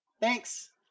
Thanks